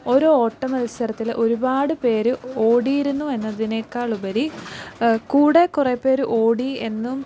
ഒരു ഓട്ടമത്സരത്തിൽ ഒരുപാട് പേർ ഓടിയിരുന്നു എന്നതിനേക്കാളുപരി കൂടെ കുറേപ്പേർ ഓടി എന്നും